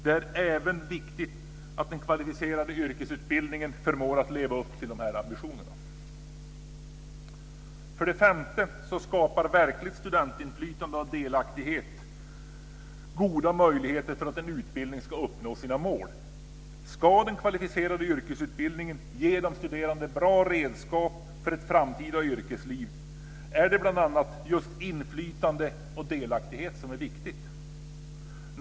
Det är även viktigt att den kvalificerade yrkesutbildningen förmår att leva upp till dessa ambitioner. 5. Verkligt studentinflytande och delaktighet skapar goda möjligheter för att målen med en utbildning ska uppnås. Ska den kvalificerade yrkesutbildningen ge de studerande bra redskap för ett framtida yrkesliv är det bl.a. just inflytande och delaktighet som är viktigt.